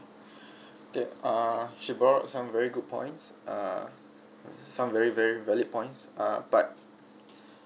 the err she brought up some very good points err some very very valid points err but